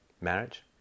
Marriage